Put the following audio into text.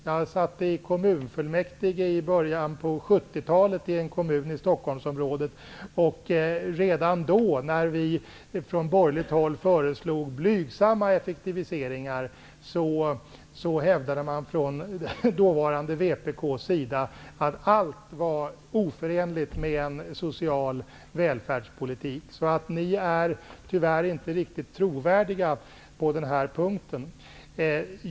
Jag satt i början på 70-talet i kommunfullmäktige i en kommun i Stockholmsområdet. När vi från borgerligt håll föreslog blygsamma effektiviseringar hävdade man redan då från dåvarande VPK:s sida att allt var oförenligt med en social välfärdspolitik. Ni är tyvärr inte riktigt trovärdiga på den här punkten.